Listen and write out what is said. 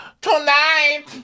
tonight